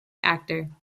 actor